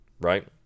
right